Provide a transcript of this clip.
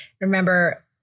remember